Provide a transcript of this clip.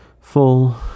full